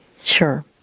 sure